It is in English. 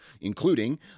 including